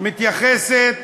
מתייחסת